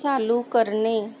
चालू करणे